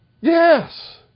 Yes